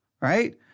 right